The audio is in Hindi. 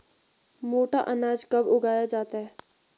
मोटा अनाज कब उगाया जाता है?